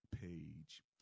Page